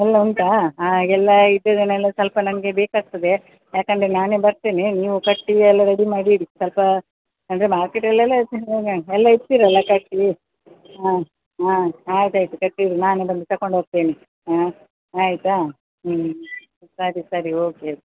ಎಲ್ಲ ಉಂಟಾ ಹಾಂ ಈಗ ಎಲ್ಲ ಇದದನೆಲ್ಲ ಸ್ವಲ್ಪ ನಂಗೆ ಬೇಕಾಗ್ತದೆ ಯಾಕಂದರೆ ನಾನೇ ಬರ್ತೇನೆ ನೀವು ಕಟ್ಟಿ ಎಲ್ಲ ರೆಡಿ ಮಾಡಿ ಇಡಿ ಸ್ವಲ್ಪ ಅಂದರೆ ಮಾರ್ಕೆಟಲೆಲ್ಲ ಎಲ್ಲ ಇಡ್ತಿರಲ್ಲ ಕಟ್ಟಿ ಹಾಂ ಹಾಂ ಆಯಿತು ಆಯಿತು ಕಟ್ಟಿ ಇಡಿ ನಾನೇ ಬಂದು ತಗೊಂಡ್ ಹೊಗ್ತೇನೆ ಹಾಂ ಆಯ್ತಾ ಹ್ಞೂ ಸರಿ ಸರಿ ಓಕೆ